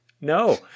No